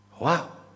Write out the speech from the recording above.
wow